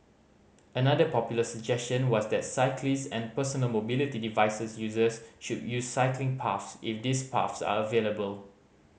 another popular suggestion was that cyclists and personal mobility device users should use cycling paths if these paths are available